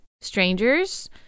strangers